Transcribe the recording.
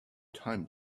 time